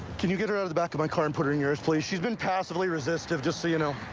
can you get her out of the back of my car and put her in yours, please? she's been passively resistive, just so you know.